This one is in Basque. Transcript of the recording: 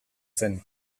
zen